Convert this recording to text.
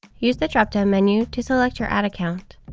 use the drop down menu to select your ad account.